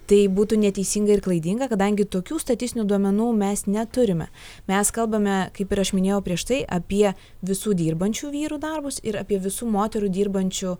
tai būtų neteisinga ir klaidinga kadangi tokių statistinių duomenų mes neturime mes kalbame kaip ir aš minėjau prieš tai apie visų dirbančių vyrų darbus ir apie visų moterų dirbančių